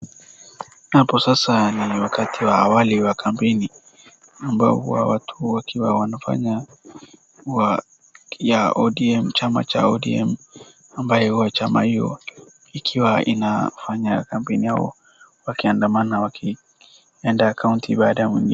Hapo sasa ni wakati wa awali wa kampeni ambao huwa watu wakiwa wanafanya ya ODM , chama cha ODM ambayo huwa chama hiyo ikiwa inafanya kampeni yao wakiandamana wakienda kaunti baada ya nyingine.